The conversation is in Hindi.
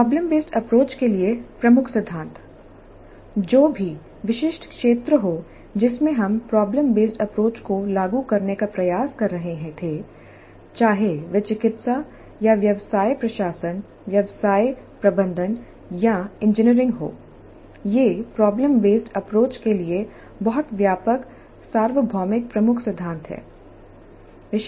प्रॉब्लम बेसड अप्रोच के लिए प्रमुख सिद्धांत जो भी विशिष्ट क्षेत्र हो जिसमें हम प्रॉब्लम बेसड अप्रोच को लागू करने का प्रयास कर रहे थेचाहे वह चिकित्सा या व्यवसाय प्रशासन व्यवसाय प्रबंधन या इंजीनियरिंग हो ये प्रॉब्लम बेसड अप्रोच के लिए बहुत व्यापक सार्वभौमिक प्रमुख सिद्धांत हैं